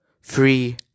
free